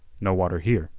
no water here,